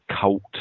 cult